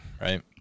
right